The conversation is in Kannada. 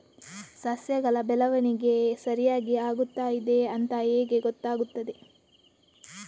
ಸಸ್ಯಗಳ ಬೆಳವಣಿಗೆ ಸರಿಯಾಗಿ ಆಗುತ್ತಾ ಇದೆ ಅಂತ ಹೇಗೆ ಗೊತ್ತಾಗುತ್ತದೆ?